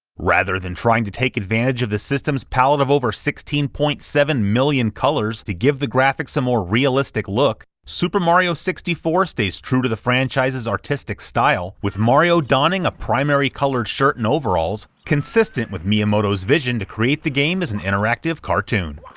rather than trying to take advantage of the system's palette of over sixteen point seven million colors to give the graphics a more realistic look, super mario sixty four stays true to the franchise's artistic style, with mario donning a primary-colored shirt and overalls, consistent with miyamoto's vision to create the game as an interactive cartoon.